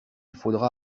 faudra